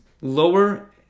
lower